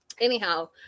anyhow